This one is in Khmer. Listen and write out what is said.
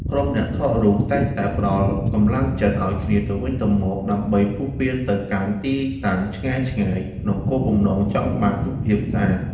ក្រុមអ្នកថតរូបតែងតែផ្តល់កម្លាំងចិត្តឱ្យគ្នាទៅវិញទៅមកដើម្បីពុះពារទៅកាន់ទីតាំងឆ្ងាយៗក្នុងគោលបំណងចង់បានរូបភាពស្អាត។